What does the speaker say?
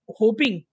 hoping